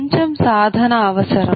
కొంచెం సాధన అవసరం